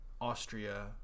Austria